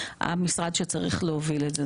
המשרד שצריך להוביל את זה,